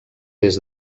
des